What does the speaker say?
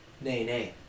nay-nay